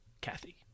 Kathy